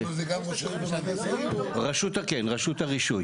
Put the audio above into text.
רשות הרישוי.